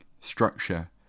structure